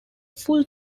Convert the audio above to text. full